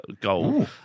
goal